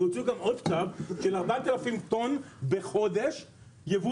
רוצים גם עוד קו של 4000 טון בחודש ייבוא